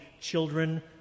children